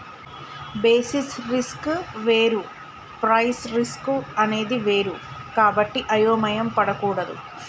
basis risk వేరు price risk అనేది వేరు కాబట్టి అయోమయం పడకూడదు